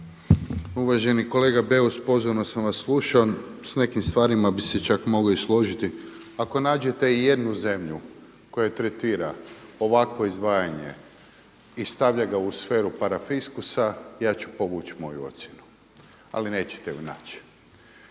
Uvaženi kolega Beus pozorno sam vas slušao, s nekim stvarima bih se čak mogao i složiti. Ako nađete i jednu zemlju koja tretira ovakvo izdvajanje i stavlja ga u sferu parafiskusa ja ću povući moju ocjenu ali nećete ju naći.